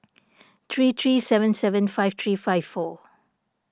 three three seven seven five three five four